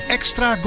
Extra